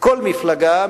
כל מפלגה,